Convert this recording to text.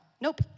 Nope